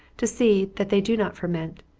to see that they do not ferment,